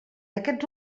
aquests